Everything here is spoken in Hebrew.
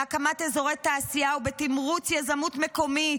בהקמת אזורי תעשייה ובתמרוץ יזמות מקומית.